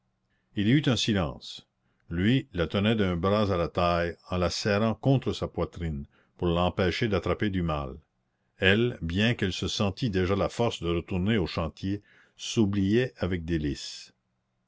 il y eut un silence lui la tenait d'un bras à la taille en la serrant contre sa poitrine pour l'empêcher d'attraper du mal elle bien qu'elle se sentît déjà la force de retourner au chantier s'oubliait avec délices